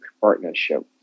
partnership